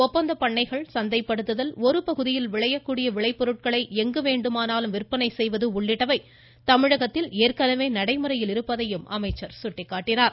ஒப்பந்த பண்ணைகள் சந்தைப்படுத்துதல் ஒரு பகுதியில் விளையக் கூடிய விளைபொருட்களை எங்கு வேண்டுமானாலும் விற்பனை செய்வது உள்ளிட்டவை தமிழகத்தில் ஏற்கனவே நடைமுறையில் இருப்பதையும் அமைச்சர் சுட்டிக்காட்டினார்